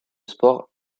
sports